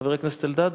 חבר הכנסת אלדד?